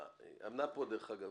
האמנה פה דרך אגב,